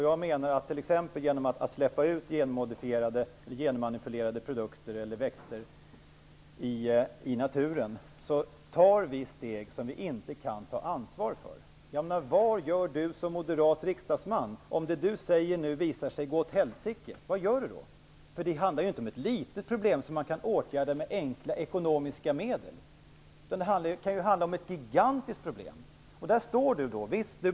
Jag menar att vi t.ex. genom att släppa ut genmanipulerade produkter eller växter i naturen tar steg som vi inte kan ta ansvar för. Vad gör Peter Weibull Bernström som moderat riksdagsman om det han nu säger visar sig gå åt helsike? Vad gör han då? Det handlar ju inte om något litet problem, som man kan åtgärda med enkla ekonomiska medel. Det kan handla om ett gigantiskt problem. Då står Peter Weibull Bernström där.